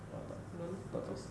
oh tak tak tahu